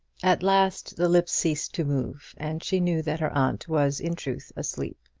at last the lips ceased to move, and she knew that her aunt was in truth asleep.